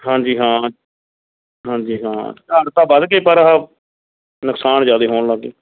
ਹਾਂਜੀ ਹਾਂ ਹਾਂਜੀ ਹਾਂ ਝਾੜ ਤਾਂ ਵੱਧ ਗਏ ਪਰ ਆਹ ਨੁਕਸਾਨ ਜ਼ਿਆਦਾ ਹੋਣ ਲੱਗ ਗਏ